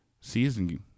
season